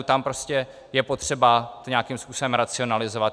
Tam prostě je potřeba to nějakým způsobem racionalizovat.